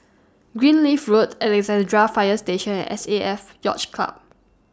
Greenleaf Road Alexandra Fire Station and S A F Yacht Club